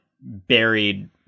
buried